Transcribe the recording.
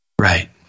right